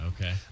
Okay